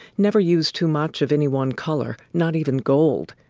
never use too much of any one color, not even gold.